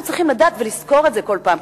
אנחנו צריכים לדעת ולזכור את זה כל פעם,